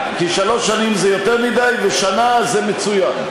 כי שלוש שנים זה יותר מדי ושנה זה מצוין.